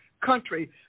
country